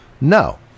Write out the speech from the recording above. No